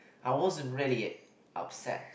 I wasn't really upset